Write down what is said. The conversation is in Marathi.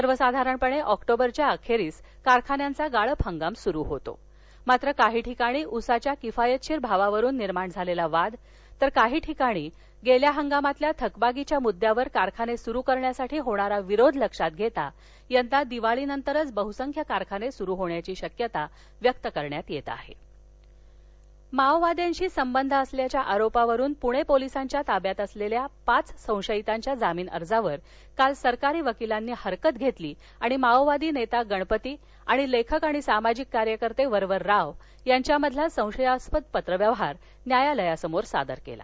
सर्वसाधारणपणे ऑक्टोबरच्या अखेरीस कारखान्याचा गाळप हंगाम सुरु होतो मात्र काही ठिकाणी उसाच्या किफायतशीर भावावरून निर्माण झालेला वाद तर काही ठिकाणी मागील हंगामातील थकबाकीच्या मुद्द्यावर कारखाने सुरू करण्यास होणारा विरोध लक्षात घेता यदा दिवाळीनंतरच बहसंख्य कारखाने सुरू होण्याची शक्यता व्यक्त होत आहे माओवादी माओवाद्यांशी संबंध असल्याच्या आरोपावरून पुणे पोलिसांच्या ताब्यात असलेल्या पाच संशयितांच्या जामीन अर्जावर काल सरकारी वकिलांनी हरकत घेत माओवादी नेता गणपती आणि लेखक आणि सामाजिक कार्यकर्ते वरवर राव यांच्यामधील संशयास्पद पत्रव्यवहार न्यायालयासमोर सादर केला